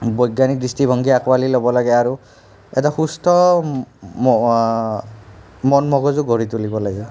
বৈজ্ঞানিক দৃষ্টিভাংগী আঁকোৱালি ল'ব লাগে আৰু এটা সুস্থ মন মগজু গঢ়ি তুলিব লাগে